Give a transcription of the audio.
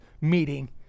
meeting